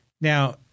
Now